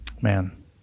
Man